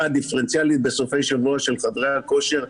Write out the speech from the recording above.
הדיפרנציאלית בסופי שבוע של חדרי הכושר: